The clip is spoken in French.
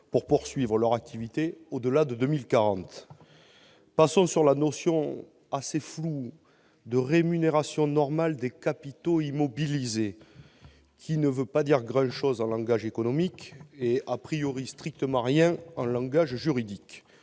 de poursuivre leur activité au-delà de 2040. Passons sur la notion très floue de « rémunération normale des capitaux immobilisés », qui ne veut déjà pas dire grand-chose en langage économique et ne veut strictement rien dire en langage juridique.